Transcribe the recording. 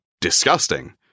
disgusting